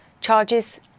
charges